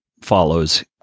follows